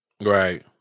right